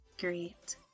great